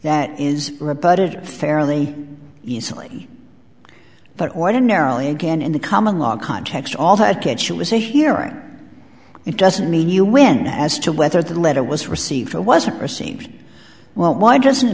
that is rebutted fairly easily but ordinarily again in the common law context all that kitchen was a hearing it doesn't mean you win as to whether that letter was received or wasn't received well why doesn't it